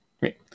right